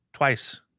Twice